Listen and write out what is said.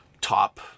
top